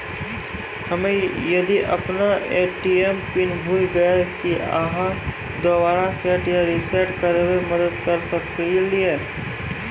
हम्मे यदि अपन ए.टी.एम पिन भूल गलियै, की आहाँ दोबारा सेट या रिसेट करैमे मदद करऽ सकलियै?